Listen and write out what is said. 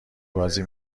بازی